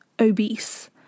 obese